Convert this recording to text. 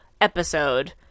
episode